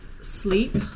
sleep